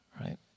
right